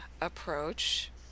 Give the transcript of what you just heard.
approach